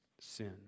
sin